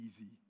easy